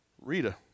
Rita